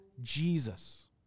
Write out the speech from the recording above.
Jesus